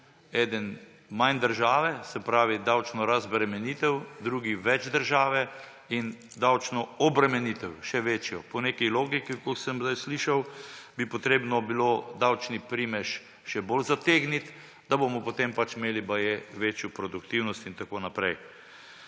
Eden manj države, se pravi davčno razbremenitev, drugi več države in davčno obremenitev, še večjo. Po neki logiki, kot sem zdaj slišal, bi bilo potrebno davčni primež še bolj zategniti, da bomo potem pač imeli baje večjo produktivnost in tako naprej.